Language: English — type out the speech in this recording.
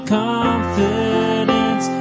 confidence